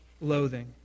loathing